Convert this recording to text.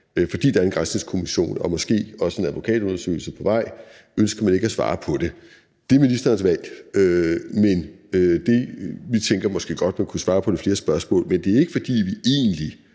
fordi der er en granskningskommission og måske også en advokatundersøgelse på vej, ønsker man ikke at svare på det. Det er ministerens valg. Men vi tænker måske godt, man kunne svare på lidt flere spørgsmål, men det er ikke, fordi vi egentlig